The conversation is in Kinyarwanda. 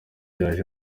yaje